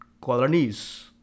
colonies